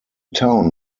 town